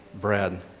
bread